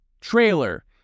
trailer